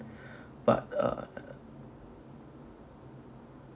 but uh